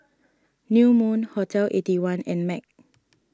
New Moon Hotel Eighty One and Mag